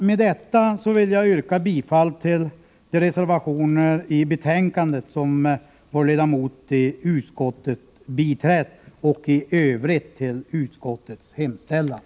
Med detta vill jag yrka bifall till de reservationer i betänkandet som vår ledamot i utskottet biträtt och i övrigt bifall till utskottets hemställan.